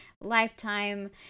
lifetime